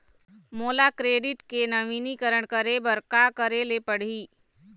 मोला क्रेडिट के नवीनीकरण करे बर का करे ले पड़ही?